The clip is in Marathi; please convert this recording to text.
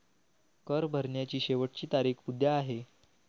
कर भरण्याची शेवटची तारीख उद्या आहे